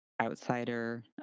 outsider